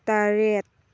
ꯇꯔꯦꯠ